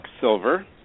Silver